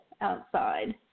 outside